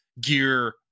gear